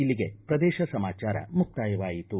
ಇಲ್ಲಿಗೆ ಪ್ರದೇಶ ಸಮಾಚಾರ ಮುಕ್ತಾಯವಾಯಿತು